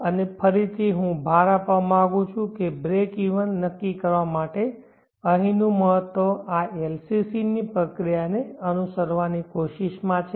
અને ફરીથી હું ભાર આપવા માંગુ છું કે બ્રેકઇવન નક્કી કરવા માટે અહીંનું મહત્વ આ LCC ની પ્રક્રિયાને અનુસરવાની કોશિશ માં છે